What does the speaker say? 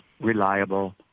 reliable